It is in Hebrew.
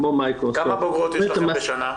כמו מיקרוסופט- -- כמה בוגרות יש לכם בשנה?